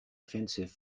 offensive